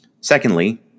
Secondly